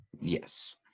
Yes